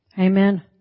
Amen